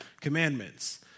commandments